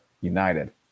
United